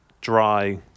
dry